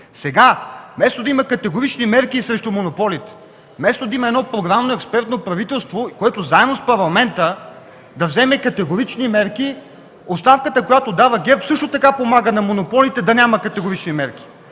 Сега, вместо да има категорични мерки срещу монополите, вместо да има едно програмно, експертно правителство, което заедно с парламента да вземе категорични мерки, оставката, която дава ГЕРБ, също така помага на монополите да няма категорични мерки.